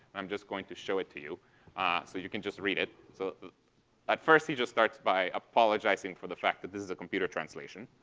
i'm just going to show it to you so you can just read it. so at first he just starts by apologizing for the fact that this is a computer translation.